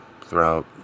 throughout